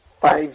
five